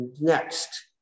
next